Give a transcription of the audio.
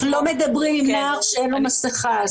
אנחנו לא מדברים עם נער שאין לו מסיכה.